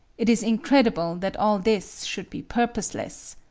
it is incredible that all this should be purposeless.